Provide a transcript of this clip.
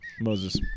Moses